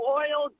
oil